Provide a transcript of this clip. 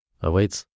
awaits